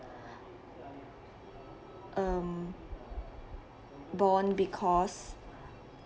um born because